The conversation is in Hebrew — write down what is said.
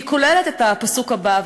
והיא כוללת את הפסוק הבא,